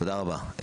תודה רבה.